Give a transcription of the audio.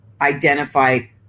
identified